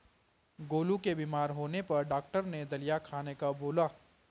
गोलू के बीमार होने पर डॉक्टर ने दलिया खाने का बोला